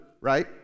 right